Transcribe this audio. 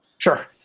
Sure